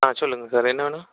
ஆ சொல்லுங்கள் சார் என்ன வேணும்